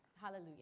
Hallelujah